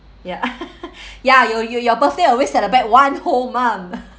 ya ya your your your birthday always celebrate one whole month